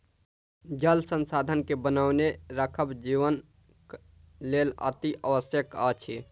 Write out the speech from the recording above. जल संसाधन के बनौने राखब जीवनक लेल अतिआवश्यक अछि